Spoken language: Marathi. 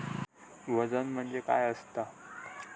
वजन म्हणजे काय असता?